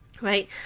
Right